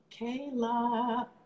Kayla